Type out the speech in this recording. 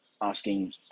asking